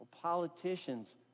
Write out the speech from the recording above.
Politicians